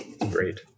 Great